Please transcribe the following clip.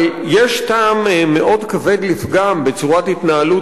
אבל יש טעם מאוד כבד לפגם בצורת התנהלות